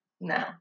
No